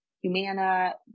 Humana